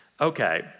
Okay